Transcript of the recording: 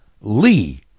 lee